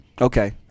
Okay